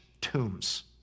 tombs